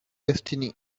destiny